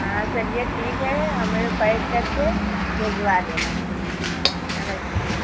हाँ चलिए ठीक है हमें पैक करके भेजवा देना नमस्ते जी